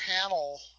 panel